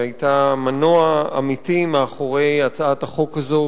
שהיתה מנוע אמיתי מאחורי הצעת החוק הזאת,